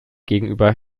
gegenüber